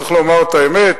צריך לומר את האמת.